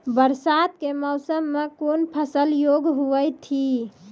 बरसात के मौसम मे कौन फसल योग्य हुई थी?